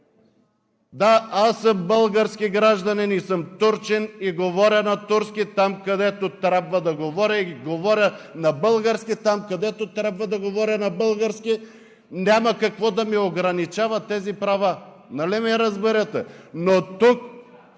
Да, аз съм български гражданин и съм турчин и говоря на турски там, където трябва да говоря, и говоря на български там, където трябва да говоря на български. Няма какво да ми ограничават тези права. Нали ме разбирате?